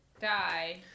die